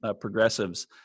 progressives